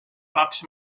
kaks